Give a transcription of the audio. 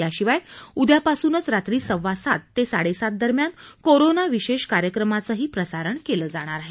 याशिवाय उद्यापासूनच रात्री सव्वा सात ते साडे सात दरम्यान कोरोना विशेष कार्यक्रमाचंही प्रसारण केलं जाणार आहे